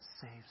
saves